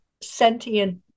sentient